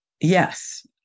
yes